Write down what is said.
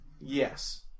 Yes